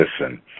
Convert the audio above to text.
listen